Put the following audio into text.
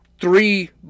three